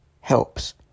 Helps